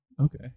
Okay